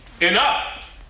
Enough